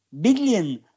billion